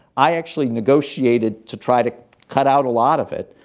i actually negotiated to try to cut out a lot of it.